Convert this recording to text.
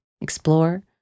explore